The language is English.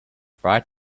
fried